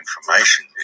information